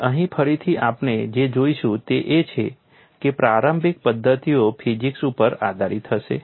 અને અહીં ફરીથી આપણે જે જોઈશું તે એ છે કે પ્રારંભિક પદ્ધતિઓ ફિઝિક્સ ઉપર આધારિત હશે